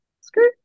screw